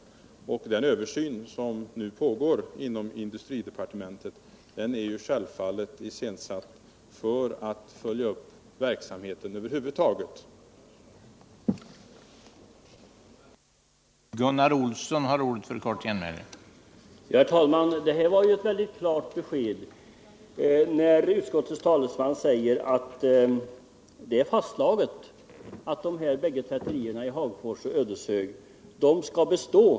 Den översyn som nu pågår inom 30 november 1977 industridepartementet är givetvis iscensatt för att följa upp verksamheten I över huvud taget.